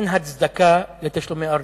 אין הצדקה לתשלומי ארנונה.